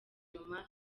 inyuma